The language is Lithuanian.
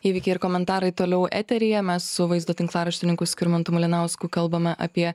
įvykiai ir komentarai toliau eteryje mes su vaizdo tinklaraštininku skirmantu malinausku kalbame apie